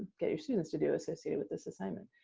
get your students to do, associated with this assignment.